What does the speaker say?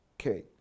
Okay